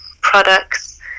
products